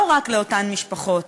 לא רק על אותן משפחות,